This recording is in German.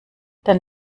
dann